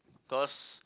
because